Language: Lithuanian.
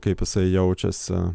kaip jisai jaučiasi